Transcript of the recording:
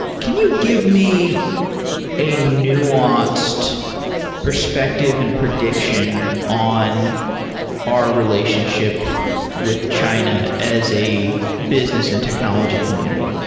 can you give me a nuanced perspective and prediction on our relationship with china as a business and technology community?